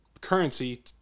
currency